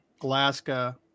Alaska